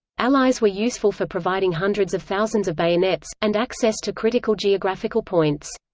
allies were useful for providing hundreds of thousands of bayonets, and access to critical geographical points.